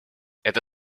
это